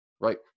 right